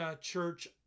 Church